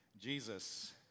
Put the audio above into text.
Jesus